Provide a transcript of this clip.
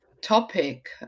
topic